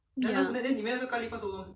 ya